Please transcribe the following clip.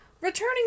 returning